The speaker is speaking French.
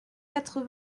quatre